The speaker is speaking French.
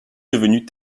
devenus